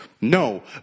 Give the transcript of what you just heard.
No